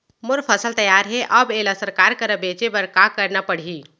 मोर फसल तैयार हे अब येला सरकार करा बेचे बर का करना पड़ही?